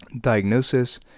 Diagnosis